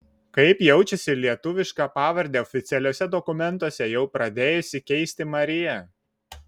kaip jaučiasi lietuvišką pavardę oficialiuose dokumentuose jau pradėjusi keisti marija